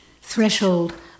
threshold